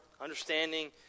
understanding